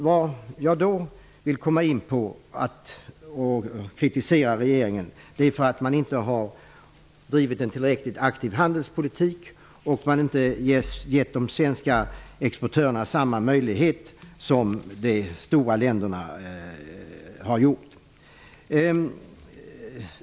Vad jag vill kritisera regeringen för är att man inte har drivit en tillräckligt aktiv handelspolitik och inte givit de svenska exportörerna samma möjlighet som de stora länderna.